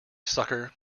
sucker